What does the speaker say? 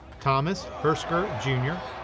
thomas hersker jr,